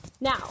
Now